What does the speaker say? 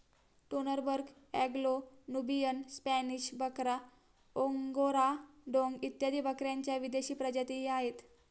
Toggenburg, Anglo Nubian, Spanish बकरा, Angora डोंग इत्यादी बकऱ्यांच्या विदेशी प्रजातीही आहेत